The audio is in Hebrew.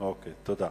אוקיי, תודה.